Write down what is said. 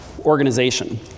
Organization